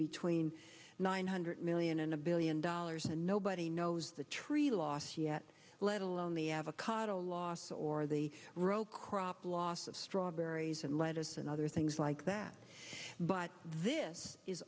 between nine hundred million and a billion dollars and nobody knows the tree loss yet let alone the avocado loss or the row crop loss of strawberries and lettuce and other things like that but this is